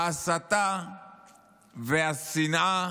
ההסתה והשנאה